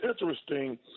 interesting